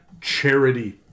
charity